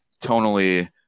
Tonally